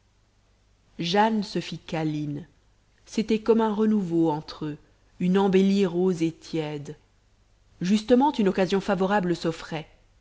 se fit câline c'était comme un renouveau entre eux une embellie rose et tiède justement une occasion favorable s'offrait